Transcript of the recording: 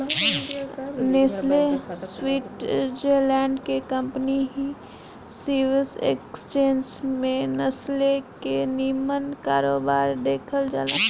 Nestle Switzerland के company हिय Swiss exchange में नेस्ले के निमन कारोबार देखल जाला